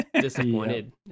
disappointed